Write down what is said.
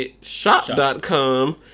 shop.com